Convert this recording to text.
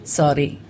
sorry